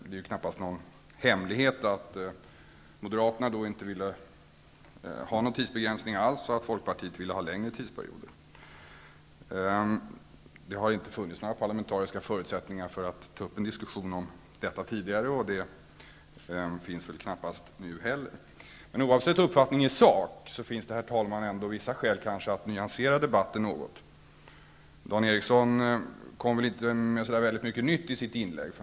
Det är knappast någon hemlighet att Moderaterna då inte ville ha någon tidsbegränsning alls och att Folkpartiet ville ha längre tidsperioder. Det har inte funnits några parlamentariska förutsättningar för att ta upp en diskussion om detta tidigare, och de finns väl knappast nu heller. Men oavsett uppfattning i sak finns det ändå, herr talman, vissa skäl att nyansera debatten något. Dan Eriksson i Stockholm kom väl inte med så väldigt mycket nytt i sitt inlägg.